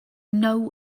know